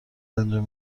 انجام